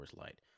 Light